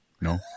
No